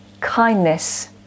kindness